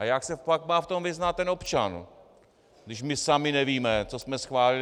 A jak se pak má v tom vyznat občan, když my sami nevíme, co jsme schválili?